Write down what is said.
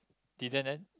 didn't and